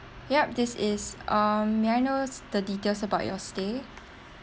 yup this is um may I know the details about your stay